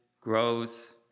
grows